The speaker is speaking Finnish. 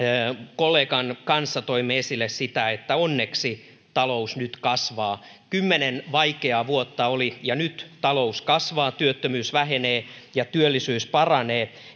kollegan kanssa toin esille sitä että onneksi talous nyt kasvaa kymmenen vaikeaa vuotta oli ja nyt talous kasvaa työttömyys vähenee ja työllisyys paranee